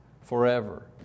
forever